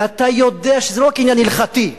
ואתה יודע שזה לא רק עניין הלכתי,